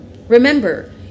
Remember